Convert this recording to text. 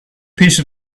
piece